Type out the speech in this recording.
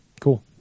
Cool